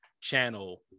channel